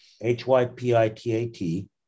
H-Y-P-I-T-A-T